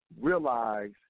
realize